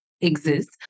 exists